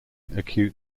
acute